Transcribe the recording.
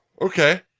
Okay